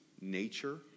nature